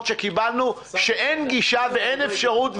שקיבלנו על שאין גישה ואין אפשרות,